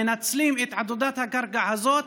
מנצלים את עתודת הקרקע הזאת